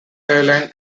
airline